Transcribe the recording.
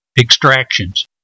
extractions